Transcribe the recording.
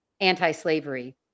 anti-slavery